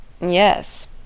Yes